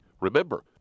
Remember